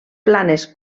planes